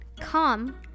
calm